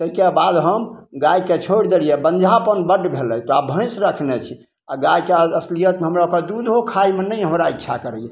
तैके बाद हम गायके छोड़ि देलियै बंझापन बड्ड भेलय तऽ आब भैंस रखने छी आओर गायके असलियतमे हमरा ओकर दूधो खायमे हमरा नहि इच्छा करय